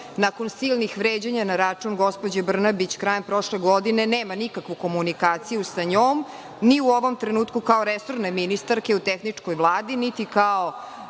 nakon silnih vređanja na račun gospođe Brnabić krajem prošle godine, nema nikakvu komunikaciju sa njom, ni u ovom trenutku kao resorne ministarke u tehničkoj Vladi, niti kao